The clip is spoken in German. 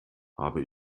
habe